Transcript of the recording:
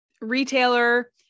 retailer